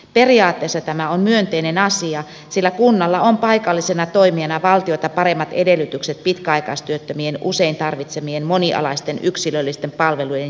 periaatteessa tämä on myönteinen asia sillä kunnalla on paikallisena toimijana valtiota paremmat edellytykset pitkäaikaistyöttömien usein tarvitsemien monialaisten yksilöllisten palvelujen järjestämiseen